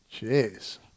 Jeez